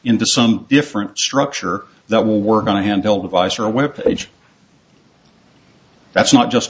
into some different structure that will work on a handheld device or a webpage that's not just